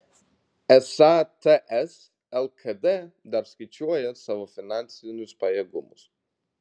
esą ts lkd dar skaičiuoja savo finansinius pajėgumus